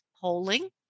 polling